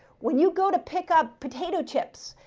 when you go to pick up potato chips.